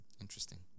interesting